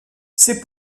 ses